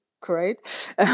great